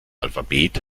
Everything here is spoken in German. alphabet